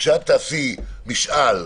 כשאת תעשי משאל,